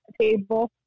table